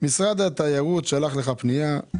משרד התיירות שלך אליך פנייה,